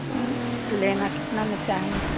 लेना कितना में चाहेंगे